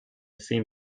seem